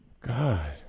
God